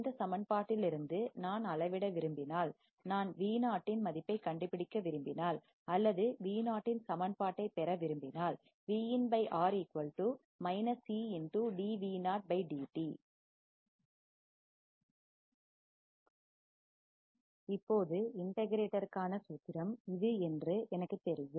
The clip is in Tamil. இந்த சமன்பாட்டில் இருந்து நான் அளவிட விரும்பினால் நான் Vo இன் மதிப்பை கண்டுபிடிக்க விரும்பினால் அல்லது V0 இன் சமன்பாட்டை பெற விரும்பினால் இப்போது இண்டகிரேட்டர் க்கான சூத்திரம் இது என்று எனக்குத் தெரியும்